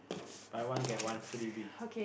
buy one get one freebie